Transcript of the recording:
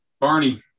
Barney